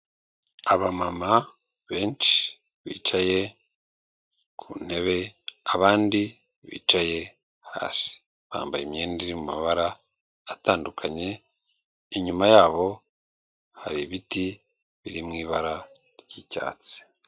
Abamama benshi bicaye ku ntebe, abandi bicaye hasi, bambaye imyenda iri mu mabara atandukanye, inyuma yabo hari ibiti biri mu ibara ry'icyatsi.